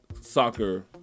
soccer